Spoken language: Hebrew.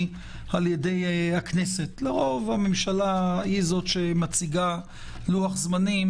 על-ידי הכנסת; לרוב הממשלה היא זו שמציגה לוח זמנים,